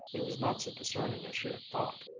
he was not so discerning as she had thought.